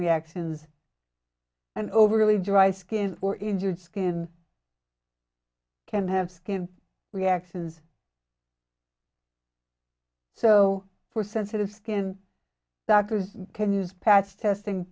reactions and overly dry skin or injured skin can have skin reactions so for sensitive skin doctors can use patch testing